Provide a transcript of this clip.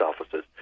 offices